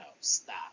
stop